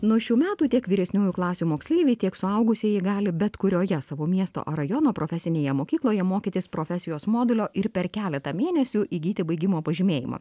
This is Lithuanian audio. nuo šių metų tiek vyresniųjų klasių moksleiviai tiek suaugusieji gali bet kurioje savo miesto ar rajono profesinėje mokykloje mokytis profesijos modulio ir per keletą mėnesių įgyti baigimo pažymėjimą